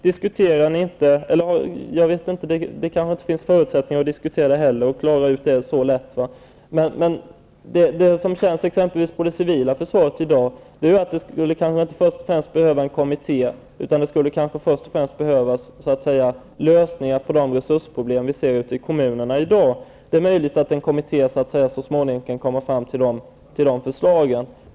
Det kanske inte finns förutsättningar för att diskutera detta och klara ut det så lätt. Men det som i dag känns viktigt för det civila försvaret är inte först och främst en kommitté. Det skulle i första hand behövas lösningar på de resursproblem vi ser ute i kommunerna i dag. Det är möjligt att en kommitté så småningom kan komma fram till sådana förslag.